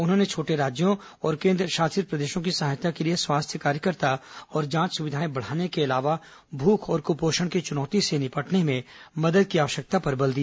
उन्होंने छोटे राज्यों और केन्द्र शासित प्रदेशों की सहायता के लिए स्वास्थ्य कार्यकर्ता और जांच सुविधाएं बढ़ाने के अलावा भूख और कुपोषण की चुनौती से निपटने में मदद की आवश्यकता पर बल दिया